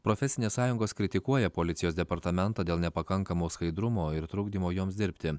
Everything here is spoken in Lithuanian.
profesinės sąjungos kritikuoja policijos departamentą dėl nepakankamo skaidrumo ir trukdymo joms dirbti